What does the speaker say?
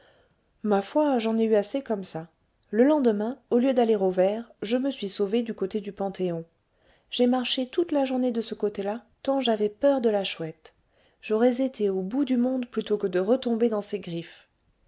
ma foi j'en ai eu assez comme ça le lendemain au lieu d'aller aux vers je me suis sauvée du côté du panthéon j'ai marché toute la journée de ce côté-là tant j'avais peur de la chouette j'aurais été au bout du monde plutôt que de retomber dans ses griffes